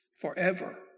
forever